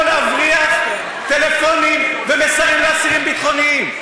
להבריח טלפונים ומסרים לאסירים ביטחוניים?